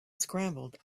scrambled